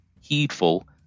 heedful